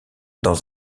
dans